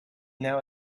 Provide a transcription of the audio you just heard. now